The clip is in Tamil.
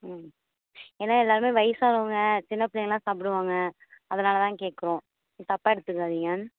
ம் ஏன்னால் எல்லாேருமே வயிதானவங்க சின்னப் பிள்ளைகள்லாம் சாப்பிடுவாங்க அதனால்தான் கேட்குறோம் தப்பாக எடுத்துக்காதீங்க